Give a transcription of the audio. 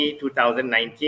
2019